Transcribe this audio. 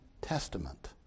testament